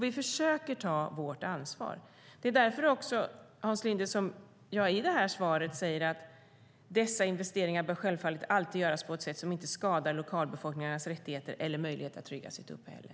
Vi försöker ta vårt ansvar. Det är också därför, Hans Linde, som jag i svaret säger: "Dessa investeringar bör självfallet alltid göras på ett sätt som inte skadar lokalbefolkningars rättigheter eller möjligheter att trygga sitt uppehälle."